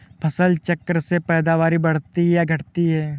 फसल चक्र से पैदावारी बढ़ती है या घटती है?